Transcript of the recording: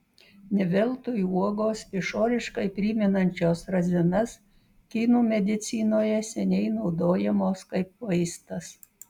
ne veltui uogos išoriškai primenančios razinas kinų medicinoje seniai naudojamos kaip vaistas